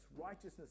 righteousness